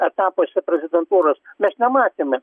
etapuose prezidentūros mes nematėme